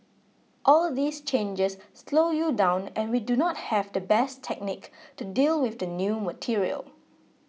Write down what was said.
all these changes slow you down and we do not have the best technique to deal with the new material